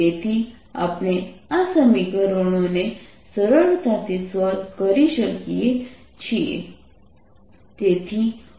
તેથી આપણે આ સમીકરણો સરળતાથી સોલ્વ શકીએ છીએ